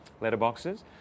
letterboxes